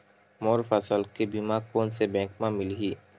मोर फसल के बीमा कोन से बैंक म मिलही?